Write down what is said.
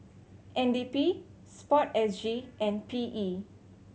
N D P Sport S G and P E